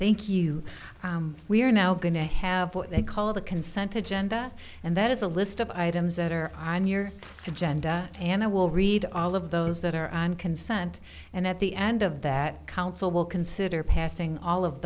thank you we're now going to have what they call the consent to genda and that is a list of items that are on your agenda and i will read all of those that are on consent and at the end of that council will consider passing all of